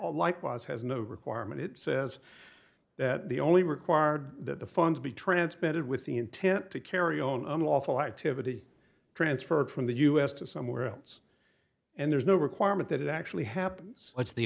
a likewise has no requirement it says that the only required that the funds be transmitted with the intent to carry on unlawful activity transferred from the us to somewhere else and there's no requirement that it actually happens